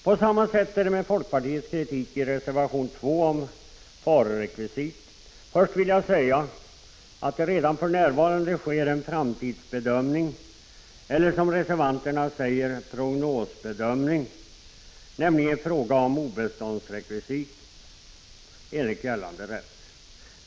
På samma sätt är det med folkpartiets kritik i reservation 2 om farerekvisitet. Först vill jag säga att det redan för närvarande sker en framtidsbedömning, eller som reservanterna säger prognosbedömning, enligt gällande rätt, nämligen frågan om obeståndsrekvisitet.